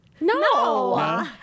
No